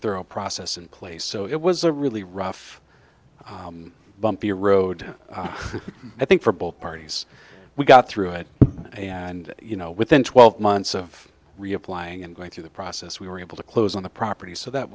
thorough process in place so it was a really rough bumpy road i think for both parties we got through it and you know within twelve months of reapplying and going through the process we were able to close on the property so that